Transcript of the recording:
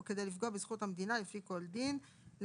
או כדי לפגוע בזכות המדינה לפי כל דין לשיבוב,